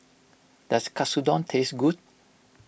does Katsudon taste good